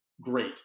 great